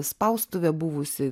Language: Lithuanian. spaustuvė buvusi